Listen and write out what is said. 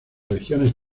regiones